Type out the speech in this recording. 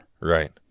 Right